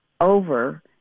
over